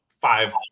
Five